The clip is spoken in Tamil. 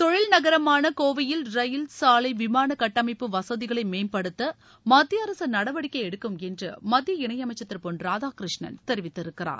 தொழில் நகரமான கோவையில் ரயில் சாலை விமான கட்டமைப்பு வசதிகளை மேம்படுத்த மத்திய அரசு நடவடிக்கை எடுக்கும் என்று மத்திய இணையமைச்சர் திரு பொன் ராதாகிருஷ்ணன் தெரிவித்திருக்கிறார்